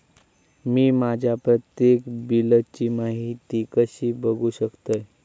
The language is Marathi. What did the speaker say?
मी माझ्या प्रत्येक बिलची माहिती कशी बघू शकतय?